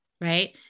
right